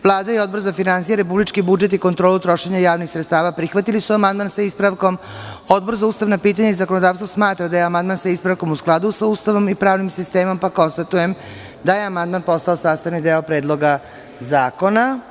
Vlada i Odbor za finansije, republički budžet i kontrolu trošenja javnih sredstava prihvatili su amandman sa ispravkom, Odbor za ustavna pitanja i zakonodavstvo smatra da je amandman sa ispravkom u skladu sa Ustavom i pravnim sistemom, pa konstatujem da je amandman postao sastavni deo Predloga zakona.